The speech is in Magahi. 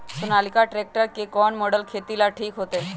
सोनालिका ट्रेक्टर के कौन मॉडल खेती ला ठीक होतै?